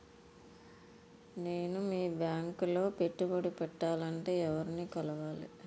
నేను మీ బ్యాంక్ లో పెట్టుబడి పెట్టాలంటే ఎవరిని కలవాలి?